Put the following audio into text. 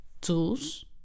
tools